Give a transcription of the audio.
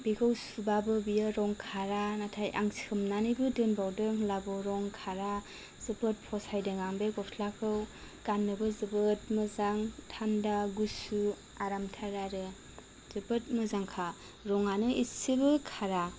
बेखौ सुबाबो बियो रं खारा नाथाय आं सोमनानैबो दोनबावदों अब्लाबो रं खारा जोबोद फसायदों आं बे गस्लाखौ गान्नोबो जोबोद मोजां थान्दा गुसु आरामथार आरो जोबोद मोजांखा रङानो एसेबो खारा